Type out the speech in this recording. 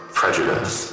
prejudice